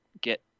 get